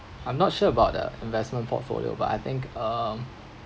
I'm not sure about the investment portfolio but I think um